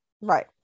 Right